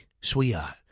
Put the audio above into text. sweetheart